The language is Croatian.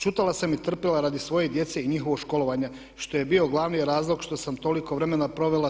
Čutela sam i trpila radi svoje djece i njihovog školovanja što je bio glavni razlog što sam toliko vremena provela tu.